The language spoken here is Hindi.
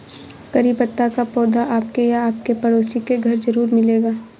करी पत्ता का पौधा आपके या आपके पड़ोसी के घर ज़रूर मिलेगा